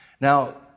Now